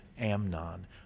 Amnon